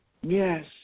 Yes